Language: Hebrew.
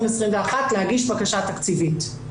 להגיש בקשה תקציבית.